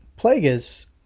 Plagueis